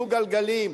רוכבי דו-גלגליים,